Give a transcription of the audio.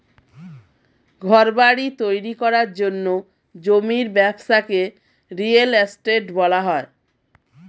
ঘরবাড়ি তৈরি করার জন্য জমির ব্যবসাকে রিয়েল এস্টেট বলা হয়